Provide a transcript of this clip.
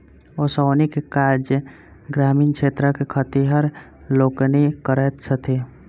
ओसौनीक काज ग्रामीण क्षेत्रक खेतिहर लोकनि करैत छथि